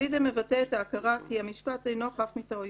כלי זה מבטא את ההכרה כי המשפט אינו חף מטעויות,